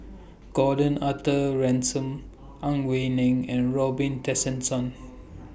Gordon Arthur Ransome Ang Wei Neng and Robin Tessensohn